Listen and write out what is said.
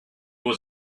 was